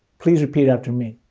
please repeat after me.